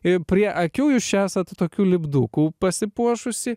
ir prie akių jūs čia esat tokių lipdukų pasipuošusi